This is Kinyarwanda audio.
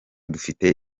dufite